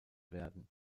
werden